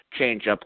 changeup